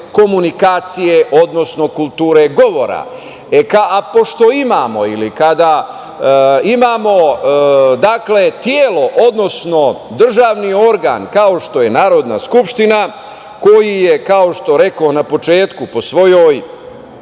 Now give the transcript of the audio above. komunikacije, odnosno kulture govora. Pošto imamo ili kada imamo telo, odnosno državni organ kao što je Narodna skupština, koji je, kao što rekoh na početku, po svojoj